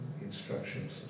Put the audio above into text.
instructions